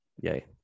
yay